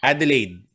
Adelaide